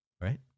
right